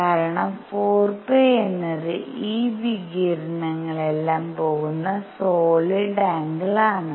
കാരണം 4 π എന്നത് ഈ വികിരണങ്ങളെല്ലാം പോകുന്ന സോളിഡ് ആംഗിൾ ആണ്